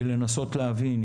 היא לנסות להבין,